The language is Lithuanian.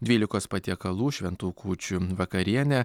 dvylikos patiekalų šventų kūčių vakarienė